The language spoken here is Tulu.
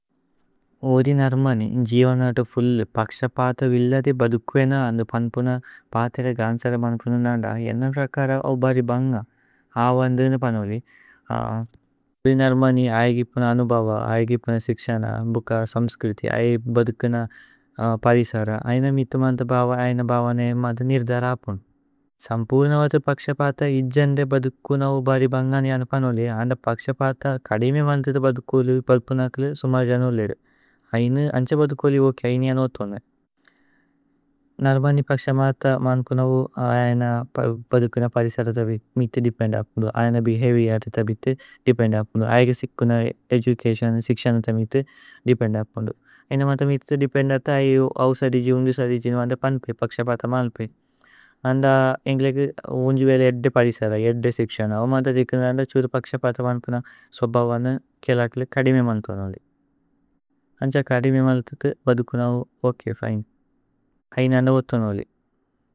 ഓðഇ നര്മനി ജിവനതു ഫുല്ലു പക്ശ പഥ। വില്ലതി ബദുക്വേന അന്ദ പന്പുന പഥിര। ഗന്സര മന്പുനു നന്ദ ഏന്ന പ്രകര ഔബരി। ബന്ഗ അവ അന്ദേന പനോലി ഓðഇ। നര്മനി അയഗി പുന അനുബവ അയഗി പുന। സിക്ṣഅന അമ്ബുക സമ്സ്ക്ṛതി അയൈ ബദുകന। പരിസര അയിന മിതു മന്ത ഭവ അയിന। ഭവന്ē മന്ത നിര്ദ രപുന സമ്പുര്നവത। പക്ശ പഥ ഇജ്ജന്ദേ ബദുക്കുന ഔബരി। ബന്ഗ അന്ദ പനോലി അന്ദ പക്ശ പഥ കദിമി। മന്ത ബദുക്കുലു പര്പുനകുലേ സുമര്ജന। ഉല്ലേരു അയിന അന്ഛ ബദുക്കുലി ഓക് അയിന അന। ഓത്ഥോന നര്മനി പക്ശ പഥ മന്പുന അയിന। ബദുകുന പരിസര തബി മിതു ദേപേന്ദപുന്ദു। അയിന ബേഹവിഅത തബി ദേപേന്ദപുന്ദു അയിഗ। സിക്കുന ഏദുക്ēസന സിക്ṣഅന തബി മിതു। ദേപേന്ദപുന്ദു അയിന മന്ത മിതു ദേപേന്ദത। അയൈ ഔസദിജി ഉന്ദുസദിജി ജിവനത പന്പി। പക്ശ പഥ മല്പി അന്ദ ഏന്ഗ്ലേഗു ഉന്ജുവേലി। ഏദ്ദ പരിസര ഏദ്ദ സിക്ṣഅന അയിന മന്ത। ദികുന അന്ദ ഛുരു പക്ശ പഥ മന്പുന। സോഭവനു ക്ēലകുലേ കദിമി മന്ത പനോലി। അന്ഛ കദിമി മന്ത ബദുകുന ഓക്। ഐന। അയിന അന ഓത്ഥോന പനോലി।